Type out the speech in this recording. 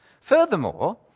Furthermore